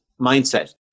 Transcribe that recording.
mindset